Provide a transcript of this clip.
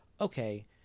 Okay